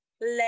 let